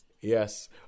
yes